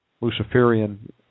Luciferian